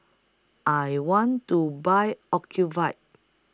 I want to Buy Ocuvite